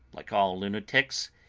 like all lunatics,